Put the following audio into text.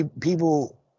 people